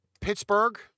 Pittsburgh